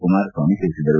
ಕುಮಾರಸ್ವಾಮಿ ತಿಳಿಸಿದರು